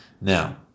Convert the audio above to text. Now